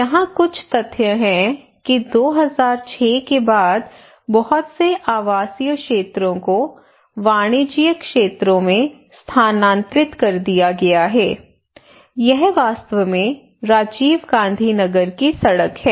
यहाँ कुछ तथ्य हैं कि 2006 के बाद बहुत से आवासीय क्षेत्रों को वाणिज्यिक क्षेत्रों में स्थानांतरित कर दिया गया है यह वास्तव में राजीव गांधी नगर की सड़क है